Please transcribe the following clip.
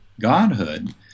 godhood